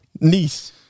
Niece